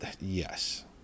yes